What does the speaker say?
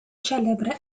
celebre